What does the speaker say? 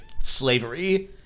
slavery